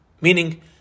Meaning